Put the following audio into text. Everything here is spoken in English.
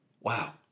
Wow